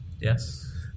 yes